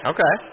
Okay